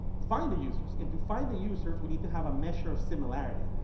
find the users. and to find the users, we need to have a measure of similarity.